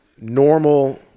normal